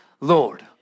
Lord